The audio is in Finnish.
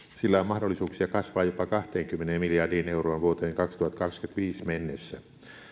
sillä on mahdollisuuksia kasvaa jopa kahteenkymmeneen miljardiin euroon vuoteen kaksituhattakaksikymmentäviisi mennessä